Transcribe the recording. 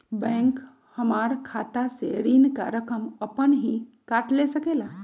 Bank हमार खाता से ऋण का रकम अपन हीं काट ले सकेला?